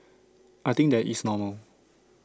I think that is normal